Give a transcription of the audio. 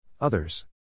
Others